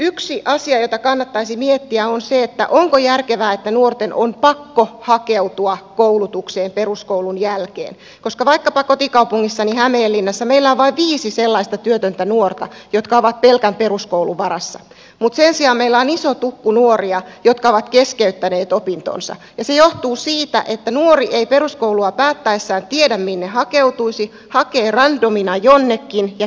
yksi asia jota kannattaisi miettiä on se onko järkevää että nuorten on pakko hakeutua koulutukseen peruskoulun jälkeen koska vaikkapa kotikaupungissani hämeenlinnassa meillä on vain viisi sellaista työtöntä nuorta jotka ovat pelkän peruskoulun varassa mutta sen sijaan meillä on iso tukku nuoria jotka ovat keskeyttäneet opintonsa ja se johtuu siitä että nuori ei peruskoulua päättäessään tiedä minne hakeutuisi hakee randomina jonnekin ja keskeyttää sen